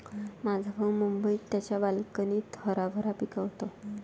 माझा भाऊ मुंबईत त्याच्या बाल्कनीत हरभरा पिकवतो